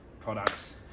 products